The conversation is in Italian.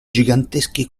giganteschi